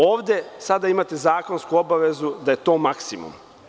Ovde sada imate zakonsku obavezu da je to maksimum.